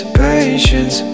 patience